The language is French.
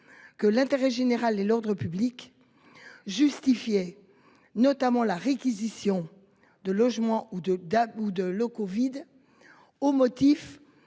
Que l'intérêt général et l'ordre public. Justifiait notamment la réquisition de logements ou de Dabou de locaux vides. Au motif